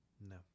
No